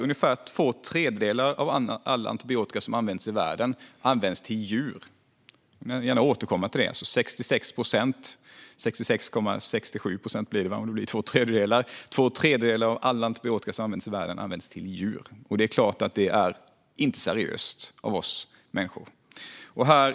Ungefär två tredjedelar, 66,67 procent, av all antibiotika som används i världen ges till djur. Det är klart att det inte är seriöst av oss människor.